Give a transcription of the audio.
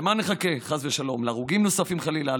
למה נחכה, חס ושלום, להרוגים נוספים, חלילה?